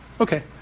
Okay